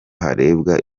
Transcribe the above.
harebwa